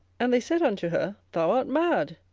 and they said unto her, thou art mad.